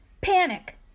panic